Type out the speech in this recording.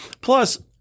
Plus